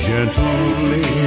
Gently